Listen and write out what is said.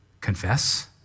Confess